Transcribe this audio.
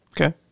Okay